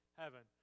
heaven